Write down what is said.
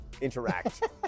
Interact